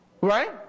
right